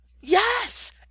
yes